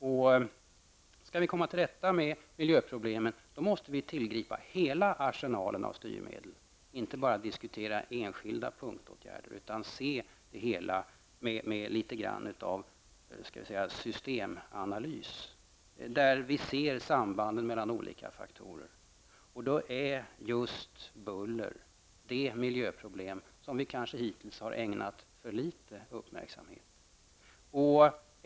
Om vi skall komma till rätta med miljöproblemen måste vi tillgripa hela arsenalen av styrmedel och inte bara diskutera enskilda punktåtgärder utan se det hela med litet grand av systemanalys, så att vi ser sambanden mellan olika faktorer. Då är just buller det miljöproblem som vi hittills kanske har ägnat för litet uppmärksamhet.